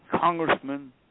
congressmen